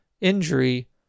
injury